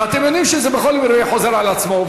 ואתם יודעים שזה בכל פעם חוזר על עצמו.